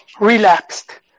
Relapsed